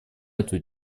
эту